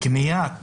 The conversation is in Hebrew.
קניית